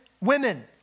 women